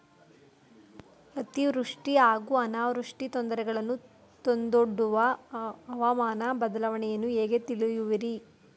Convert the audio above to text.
ಅತಿವೃಷ್ಟಿ ಹಾಗೂ ಅನಾವೃಷ್ಟಿ ತೊಂದರೆಗಳನ್ನು ತಂದೊಡ್ಡುವ ಹವಾಮಾನ ಬದಲಾವಣೆಯನ್ನು ಹೇಗೆ ತಿಳಿಯುವಿರಿ?